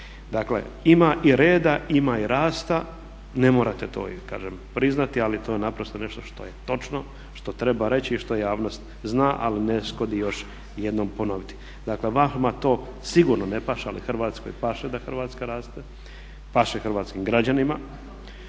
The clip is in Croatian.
Dakle, ima i reda, ima i rasta, ne morate to kažem priznati ali to je naprosto nešto je točno, što treba reći i što javnost zna ali ne škodi još jednom ponoviti. Dakle, vama to sigurno ne paše ali Hrvatskoj paše da Hrvatska raste, paše hrvatskim građanima.